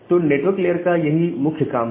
तो network layer का यही मुख्य काम है